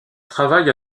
travaille